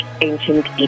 ancient